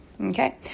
okay